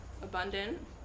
Abundant